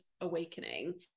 awakening